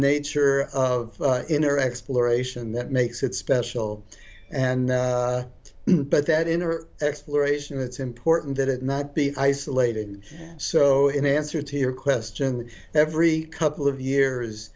nature of inner exploration that makes it special and but that inner exploration it's important that it not be isolated so in answer to your question every couple of years